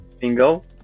single